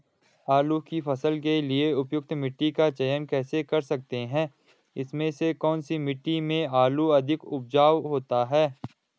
आलू की फसल के लिए उपयुक्त मिट्टी का चयन कैसे कर सकते हैं इसमें से कौन सी मिट्टी में आलू अधिक उपजाऊ होता है?